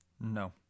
no